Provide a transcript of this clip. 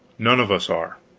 none of us are.